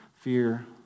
fear